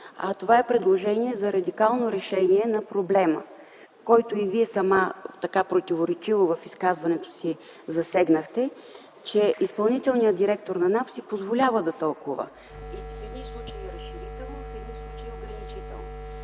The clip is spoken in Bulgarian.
Това е предложение за радикално решение на проблема, който и Вие самата така противоречиво в изказването си засегнахте, че изпълнителният директор на НАП си позволява да тълкува – в едни случаи разширително, в други случаи ограничително.